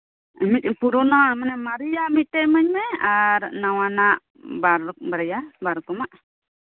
ᱢᱟᱱᱮ ᱢᱟᱨᱮᱭᱟᱜ ᱢᱤᱫᱴᱮᱡ ᱤᱢᱟᱹᱧ ᱢᱮ ᱟᱨ ᱱᱟᱣᱟᱱᱟᱜ ᱵᱟᱨ ᱨᱚᱠᱚᱢ ᱵᱟᱨᱭᱟ ᱵᱟᱨ ᱨᱚᱠᱚᱢᱟᱜ